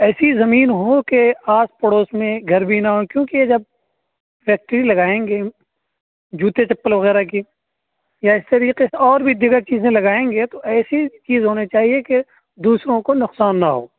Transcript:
ایسی زمین ہو کہ آس پڑوس میں گھر بھی نہ ہوں کیونکہ جب فیکٹری لگائیں گے ہم جوتے چپل وغیرہ کی یا اس طریقے سے اور بھی دیگر چیزیں لگائیں گے تو ایسی چیز ہونے چاہیے کہ دوسروں کو نقصان نہ ہو